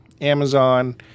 Amazon